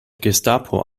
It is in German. gestapo